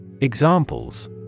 Examples